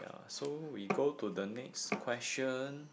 so we go to the next question